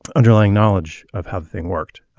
underlying knowledge of how the thing worked.